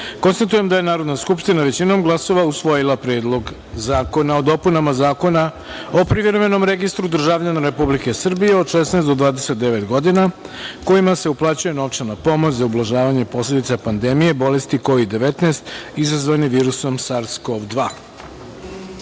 –jedan. Konstatujem da je Narodna skupština većinom glasova usvojila Predlog zakona o dopunama Zakona o Privremenom registru državljana Republike Srbije od 16 do 29 godina kojima se uplaćuje novčana pomoć za ublažavanje posledica pandemije bolesti COVID-19 izazvane virusom SARS-CoV-2.Pošto